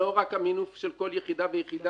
לא רק המינוף של כל יחידה ויחידה,